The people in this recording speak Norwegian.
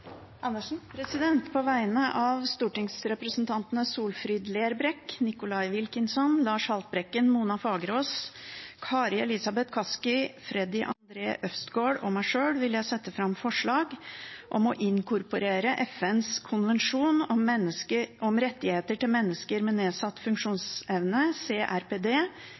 På vegne av stortingsrepresentantene Solfrid Lerbrekk, Nicholas Wilkinson, Lars Haltbrekken, Mona Fagerås, Kari Elisabeth Kaski, Freddy André Øvstegård og meg sjøl vil jeg sette fram forslag om å inkorporere FN-konvensjonen om rettighetene til mennesker med nedsatt funksjonsevne, CRPD,